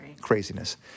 Craziness